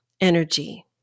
energy